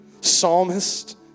Psalmist